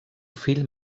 fill